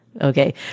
Okay